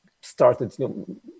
started